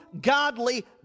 godly